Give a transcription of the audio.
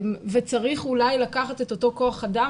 צריך אולי לקחת את אותו כוח אדם,